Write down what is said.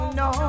no